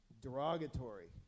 derogatory